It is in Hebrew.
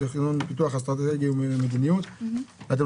תכנון ופיתוח אסטרטגי ומדיניות - אתם